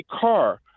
car